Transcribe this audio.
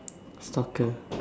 stalker